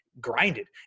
grinded